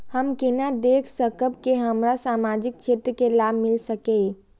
हम केना देख सकब के हमरा सामाजिक क्षेत्र के लाभ मिल सकैये?